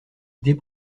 idées